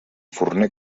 forner